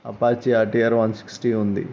Apache RTR one sixty ఉంది